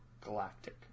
Galactic